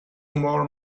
more